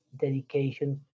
dedication